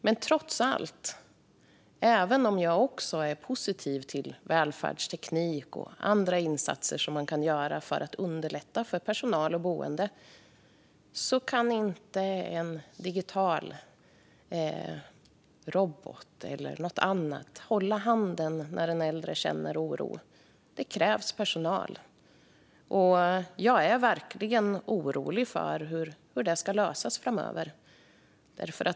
Men trots allt - även om jag också är positiv till välfärdsteknik och andra insatser som man kan göra för att underlätta för personal och boende - kan inte en digital robot eller något annat hålla handen när den äldre känner oro. Det krävs personal. Jag är verkligen orolig för hur detta ska lösas framöver.